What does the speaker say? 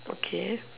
okay